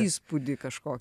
įspūdį kažko